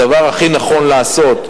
הדבר הכי נכון לעשות,